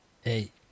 Hey